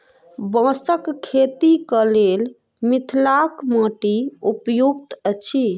बाँसक खेतीक लेल मिथिलाक माटि उपयुक्त अछि